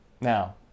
Now